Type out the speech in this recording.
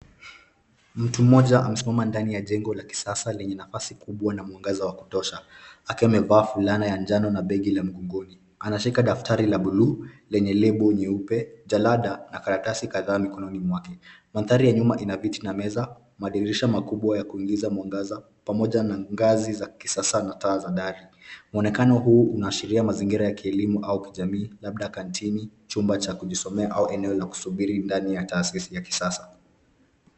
Mtu mmoja amesimama ndani ya jengo la kisasa lenye nafasi kubwa na mwangaza wa kutosha. Akiwa amevaa fulana ya njano na begi la mgongoni. Anashika daftari la buluu lenye lebo nyeupe, jalada na karatasi kadhaa mikononi mwake. Mandhari ya nyuma ina viti na meza, madirisha makubwa ya kuingiza mwangaza pamoja na ngazi za kisasa na taa za dari. Muonekano huu unaashiria mazingira ya kielimi au kijamii, labda kantini, chumba cha kujisomea au eneo la kusubiri ndani ya taasisi ya kisasa.